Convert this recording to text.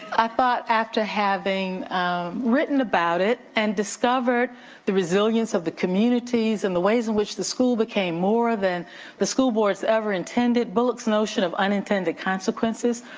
i thought after having written about it and discovered the resilience of the communities and the ways in which the school became more than the school board's ever intended, bullock's notion of unintended consequences,